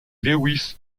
lewis